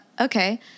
okay